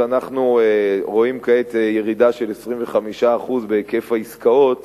אנחנו רואים כעת ירידה של 25% בהיקף העסקאות